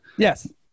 Yes